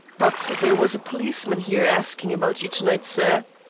but there was a policeman here asking about you to-night, sir.